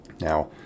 Now